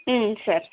సరే